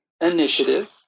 initiative